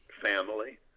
family